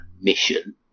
mission